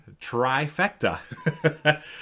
Trifecta